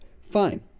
fine